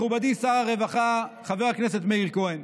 מכובדי, שר הרווחה חבר הכנסת מאיר כהן.